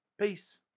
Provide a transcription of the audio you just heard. Peace